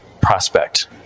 prospect